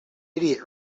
idiot